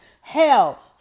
Hell